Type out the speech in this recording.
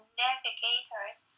navigators